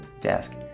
desk